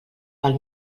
pel